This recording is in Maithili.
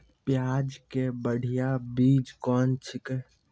प्याज के बढ़िया बीज कौन छिकै?